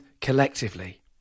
collectively